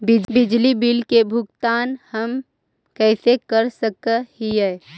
बिजली बिल के भुगतान हम कैसे कर सक हिय?